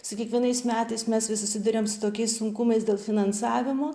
su kiekvienais metais mes vis susiduriam su tokiais sunkumais dėl finansavimo